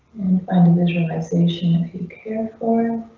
and i'm visualization if you care for.